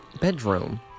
bedroom